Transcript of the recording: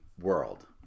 World